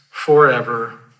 forever